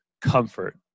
comfort